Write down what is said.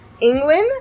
england